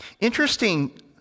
interesting